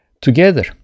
together